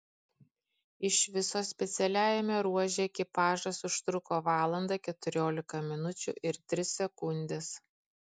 iš viso specialiajame ruože ekipažas užtruko valandą keturiolika minučių ir tris sekundes